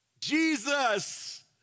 Jesus